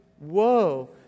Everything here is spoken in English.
whoa